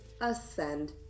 ascend